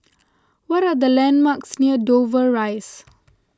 what are the landmarks near Dover Rise